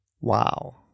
Wow